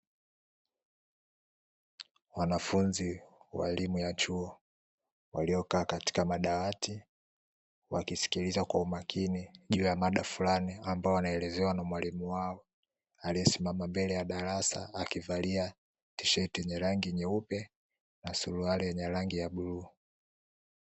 Wanafunzi wa elimu ya chuo waliokaa katika madawati wakimsikiliza kwa umakini, juu ya mada fulani ambayo wanaelezewa na mwalimu wao aliyesimama mbele ya darasa akivalia tisheti yenye rangi nyeupe na Suruali yenye rangi ya bluu.